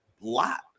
lot